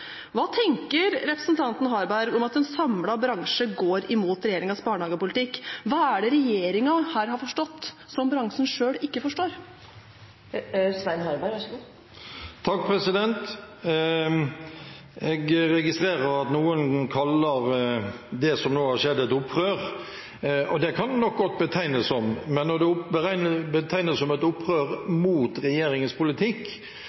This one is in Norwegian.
Hva tenker representanten Harberg om at en samlet bransje går imot regjeringens barnehagepolitikk? Hva er det regjeringen her har forstått, som bransjen selv ikke forstår? Jeg registrerer at noen kaller det som nå har skjedd, et opprør, og det kan det nok godt betegnes som, men når det betegnes som et opprør mot regjeringens politikk